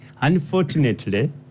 Unfortunately